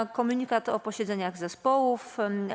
I komunikat o posiedzeniach zespołów.